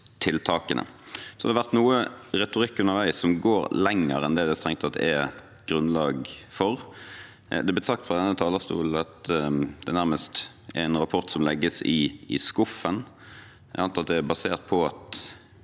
Det har vært noe retorikk underveis som går lenger enn det det strengt tatt er grunnlag for. Det er blitt sagt fra denne talerstolen at dette nærmest er en rapport som legges i skuffen. Jeg antar at det er basert på at